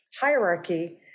hierarchy